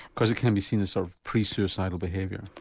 because it can be seen as sort of pre-suicidal behaviour.